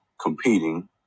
competing